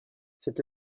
cette